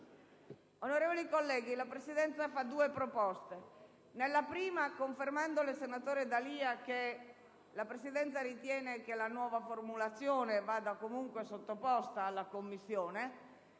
la Presidenza fa una proposta. Dopo aver innanzitutto confermato al senatore D'Alia che la Presidenza ritiene che la nuova formulazione vada comunque sottoposta alla Commissione